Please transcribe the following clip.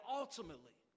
ultimately